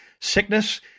Sickness